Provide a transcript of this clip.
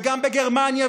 וגם בגרמניה,